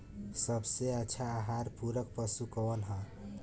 सबसे अच्छा आहार पूरक पशु कौन ह?